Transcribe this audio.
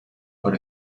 por